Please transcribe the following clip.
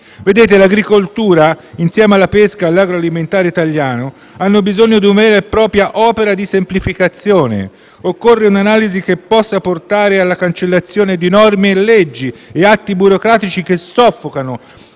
Colleghi, l'agricoltura, insieme alla pesca e all'agroalimentare italiano, hanno bisogno di una vera e propria opera di semplificazione. Occorre un'analisi che possa portare alla cancellazione di norme, leggi e atti burocratici che soffocano